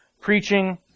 preaching